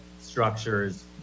structures